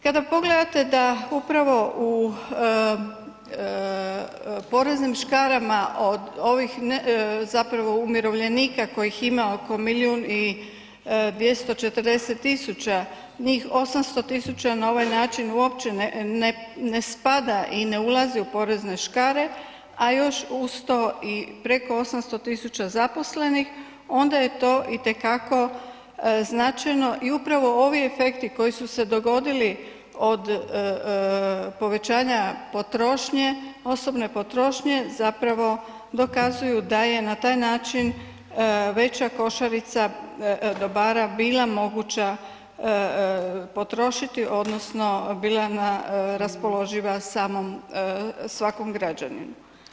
Kada pogledate da upravo u poreznim škarama od ovih, zapravo umirovljenika kojih ima oko milijun i 240 tisuća, njih 800 tisuća na ovaj način uopće ne spada i ne ulazi u porezne škare, a još uz to preko 800 tisuća zaposlenih, onda je to itekako značajno i upravo ovi efekti koji su se dogodili od povećanja potrošnje, osobne potrošnje zapravo dokazuju da je na taj način veća košarica dobara bila moguća potrošiti, odnosno bila na raspoložila samom svakom građaninu.